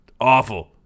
Awful